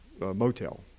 motel